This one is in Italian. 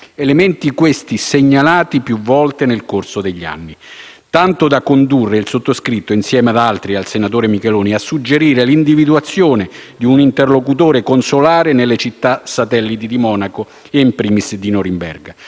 elementi sono stati segnalati più volte nel corso degli anni, tanto da condurre il sottoscritto insieme ad altri, come il collega Micheloni, a suggerire l'individuazione di un interlocutore consolare nelle città satelliti di Monaco, *in primis* Norimberga,